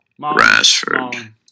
Rashford